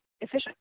efficient